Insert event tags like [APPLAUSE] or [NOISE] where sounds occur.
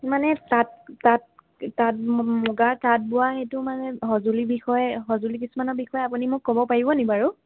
মানে তাঁত তাঁত তাঁত [UNINTELLIGIBLE] মুগা তাঁত তাঁত বোৱা সেইটো মানে সঁজুলিৰ বিষয়ে সঁজুলি কিছুমানৰ বিষয়ে আপুনি মোক ক'ব পাৰিব নি বাৰু